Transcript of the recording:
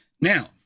Now